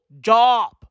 job